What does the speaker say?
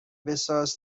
بساز